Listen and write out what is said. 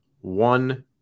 one